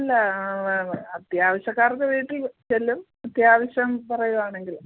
അല്ല അത്യാവശ്യക്കാർക്ക് വീട്ടിൽ ചെല്ലും അത്യാവശ്യം പറയുവാണെങ്കിൽ